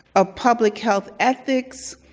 ah public health ethics,